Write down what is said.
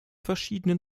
verschiedenen